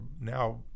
now